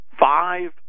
five